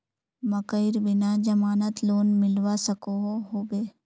मकईर बिना जमानत लोन मिलवा सकोहो होबे?